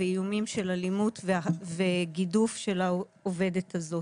איומים של אלימות וגידוף של העובדת הזו.